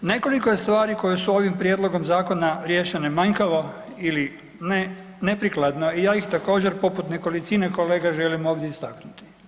Nekoliko je stvari koje su ovim prijedlogom zakona rješenje manjkavo ili neprikladno i ja ih također poput nekolicine kolega želim ovdje istaknuti.